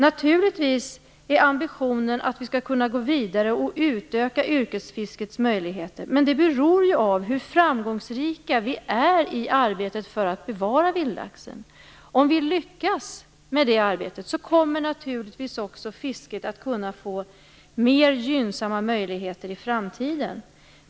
Naturligtvis är ambitionen att vi skall kunna gå vidare och utöka yrkesfiskets möjligheter, men detta är beroende av hur framgångsrika vi är i arbetet på att bevara vildlaxen. Om vi lyckas med det arbetet kommer naturligtvis också fisket att kunna få mer gynnsamma möjligheter i framtiden.